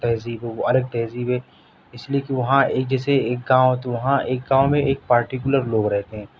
تہذیب ہے وہ الگ تہذیب ہے اس لیے کہ وہاں ایک جیسے ایک گاؤں تو وہاں ایک گاؤں میں ایک پرٹیکولر لوگ رہتے ہیں